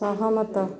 ସହମତ